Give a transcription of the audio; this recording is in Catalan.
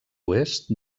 oest